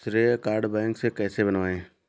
श्रेय card bank से कैसे बनवाएं?